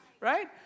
right